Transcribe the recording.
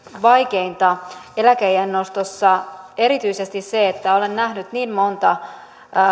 vaikeinta eläkeiän nostossa erityisesti se että olen nähnyt niin monta